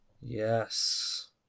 Yes